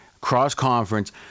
cross-conference